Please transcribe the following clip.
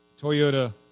Toyota